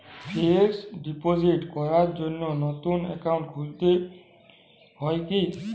Fix deposit করার জন্য নতুন অ্যাকাউন্ট খুলতে হয় কী?